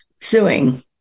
suing